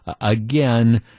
again